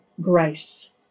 grace